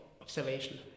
observation